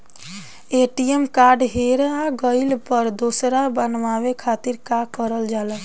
ATM card हेरा गइल पर दोसर बनवावे खातिर का करल जाला?